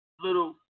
little